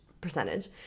percentage